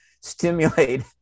stimulate